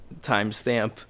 timestamp